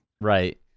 right